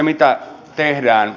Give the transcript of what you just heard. mitä tehdään